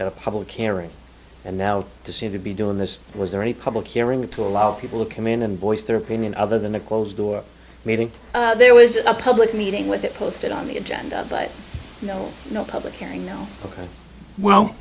at a public hearing and now to seem to be doing this was there any public hearing or to allow people to come in and voice their opinion other than a closed door meeting there was a public meeting with it posted on the agenda but no no public hearing no ok well